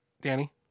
Danny